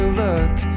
look